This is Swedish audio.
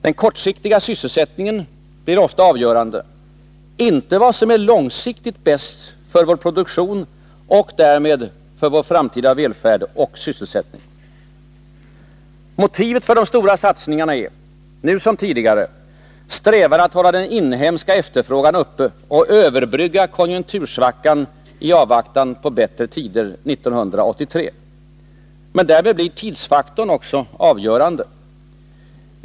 Den kortsiktiga sysselsättningen blir ofta avgörande, inte vad som är långsiktigt bäst för vår produktion och därmed för vår framtida välfärd och sysselsättning. Motivet för de stora satsningarna är — nu som tidigare — strävan att hålla den inhemska efterfrågan uppe och överbrygga konjunktursvackan i avvaktan på bättre tider 1983. Men därmed blir tidsfaktorn också avgörande.